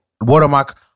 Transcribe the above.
watermark